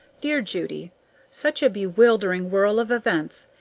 dear judy such a bewildering whirl of events!